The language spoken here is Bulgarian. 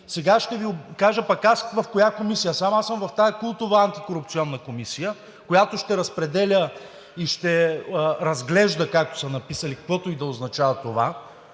Сега ще Ви кажа пък аз в коя комисия съм. Аз съм в тази култова Антикорупционна комисия, която ще разпределя и ще разглежда, както са написали – каквото и да означава това.